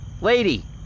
Lady